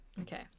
Okay